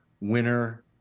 winner